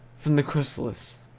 from the chrysalis.